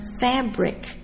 fabric